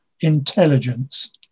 intelligence